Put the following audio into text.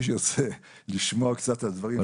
מי שירצה לשמוע קצת על דברים.